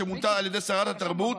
שמונתה על ידי שרת התרבות,